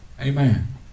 Amen